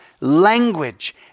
language